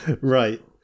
right